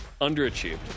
underachieved